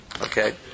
Okay